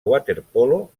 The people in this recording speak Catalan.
waterpolo